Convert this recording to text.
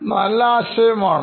ഇവിടെ നല്ല ആശയമാണ്